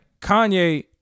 Kanye